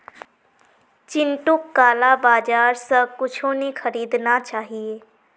चिंटूक काला बाजार स कुछू नी खरीदना चाहिए